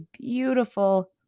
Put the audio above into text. beautiful